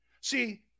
see